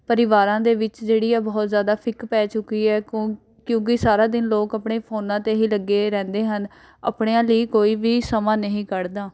ਪਰਿਵਾਰਾਂ ਦੇ ਵਿੱਚ ਜਿਹੜੀ ਹੈ ਬਹੁਤ ਜ਼ਿਆਦਾ ਫਿੱਕ ਪੈ ਚੁੱਕੀ ਹੈ ਕੁੰ ਕਿਉਂਕਿ ਸਾਰਾ ਦਿਨ ਲੋਕ ਆਪਣੇ ਫੋਨਾਂ 'ਤੇ ਹੀ ਲੱਗੇ ਰਹਿੰਦੇ ਹਨ ਆਪਣਿਆਂ ਲਈ ਕੋਈ ਵੀ ਸਮਾਂ ਨਹੀ ਕੱਢਦਾ